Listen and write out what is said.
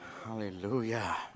Hallelujah